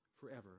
forever